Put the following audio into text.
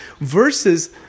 versus